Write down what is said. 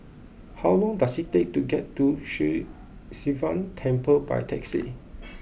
how long does it take to get to Sri Sivan Temple by taxi